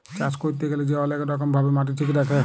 চাষ ক্যইরতে গ্যালে যে অলেক রকম ভাবে মাটি ঠিক দ্যাখে